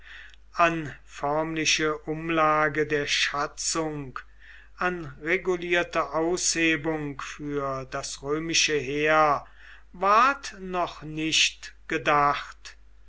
an förmliche umlage der schatzung an regulierte aushebung für das römische heer ward noch nicht gedacht